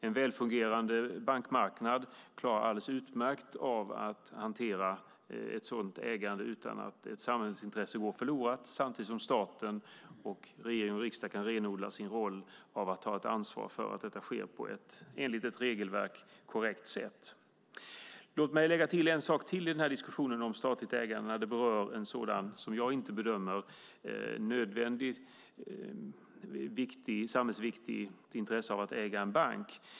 En väl fungerande bankmarknad klarar alldeles utmärkt att hantera ett sådant ägande utan att samhällsintresset går förlorat, samtidigt som staten, regering och riksdag, kan renodla sin roll och ta ett ansvar för att detta sker på ett korrekt sätt enligt ett regelverk. Låt mig lägga till en sak till i den här diskussionen om statligt ägande när det berör ett, som jag bedömer det, inte samhällsviktigt intresse av att äga en bank.